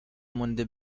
مونده